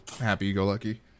happy-go-lucky